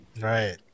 Right